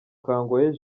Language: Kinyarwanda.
kangwagye